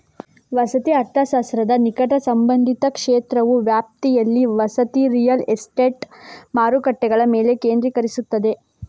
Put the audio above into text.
ವಸತಿ ಅರ್ಥಶಾಸ್ತ್ರದ ನಿಕಟ ಸಂಬಂಧಿತ ಕ್ಷೇತ್ರವು ವ್ಯಾಪ್ತಿಯಲ್ಲಿ ವಸತಿ ರಿಯಲ್ ಎಸ್ಟೇಟ್ ಮಾರುಕಟ್ಟೆಗಳ ಮೇಲೆ ಕೇಂದ್ರೀಕರಿಸುತ್ತದೆ